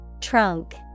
Trunk